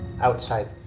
outside